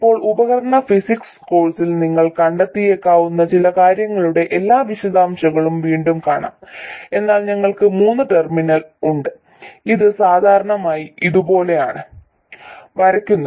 ഇപ്പോൾ ഉപകരണ ഫിസിക്സ് കോഴ്സിൽ നിങ്ങൾ കണ്ടെത്തിയേക്കാവുന്ന ഈ കാര്യങ്ങളുടെ എല്ലാ വിശദാംശങ്ങളും വീണ്ടും കാണാം എന്നാൽ ഞങ്ങൾക്ക് മൂന്ന് ടെർമിനലുകൾ ഉണ്ട് ഇത് സാധാരണയായി ഇതുപോലെയാണ് വരയ്ക്കുന്നത്